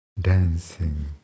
dancing